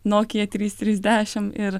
nokia trys trys trisdešim ir